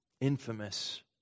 Infamous